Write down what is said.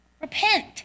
Repent